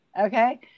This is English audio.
Okay